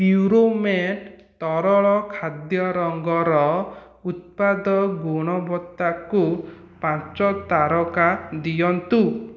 ପ୍ୟୁରୋମେଟ୍ ତରଳ ଖାଦ୍ୟ ରଙ୍ଗର ଉତ୍ପାଦ ଗୁଣବତ୍ତା କୁ ପାଞ୍ଚ ତାରକା ଦିଅନ୍ତୁ